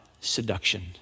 seduction